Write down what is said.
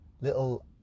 little